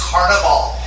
Carnival